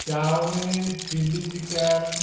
chowmein chilli chicken